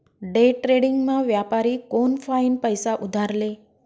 डेट्रेडिंगमा व्यापारी कोनफाईन पैसा उधार ले